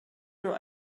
nur